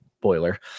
boiler